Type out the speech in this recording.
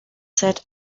set